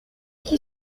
qui